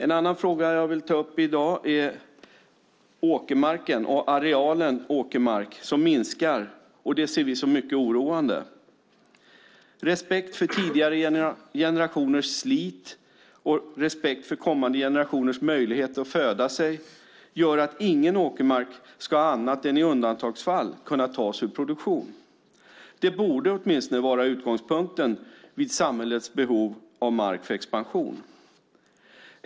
En annan fråga som jag vill ta upp i dag är åkermarken och arealen åkermark som minskar, och det ser vi som mycket oroande. Respekt för tidigare generationers slit och respekt för kommande generationers möjlighet att föda sig gör att ingen åkermark, annat än i undantagsfall, ska kunna tas ur produktion. Det borde åtminstone vara utgångspunkten vid samhällets behov av mark för expansion.